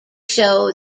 show